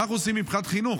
מה אנחנו עושים מבחינת חינוך?